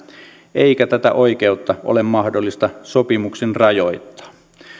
eikä tätä oikeutta ole mahdollista sopimuksin rajoittaa